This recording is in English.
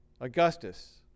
Augustus